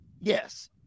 yes